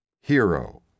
Hero